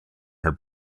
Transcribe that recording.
her